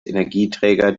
energieträger